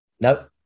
Nope